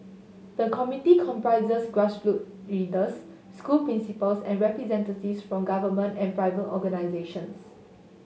the committee comprises grassroot leaders school principals and representatives from government and private organisations